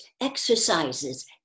exercises